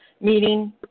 meeting